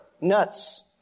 nuts